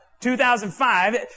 2005